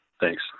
Thanks